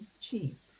cheap